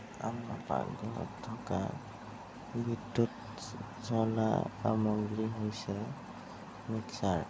পাকঘৰত থকা বিদ্যুৎ চলা সামগ্ৰী হৈছে মিক্সাৰ